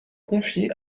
confié